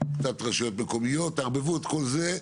רשויות מקומיות תערבבו את כל זה,